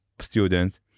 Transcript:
students